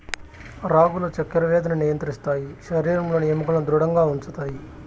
రాగులు చక్కర వ్యాధిని నియంత్రిస్తాయి శరీరంలోని ఎముకలను ధృడంగా ఉంచుతాయి